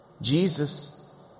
Jesus